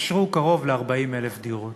אושרו קרוב ל-40,000 דירות.